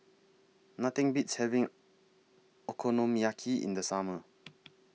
Nothing Beats having Okonomiyaki in The Summer